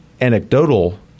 anecdotal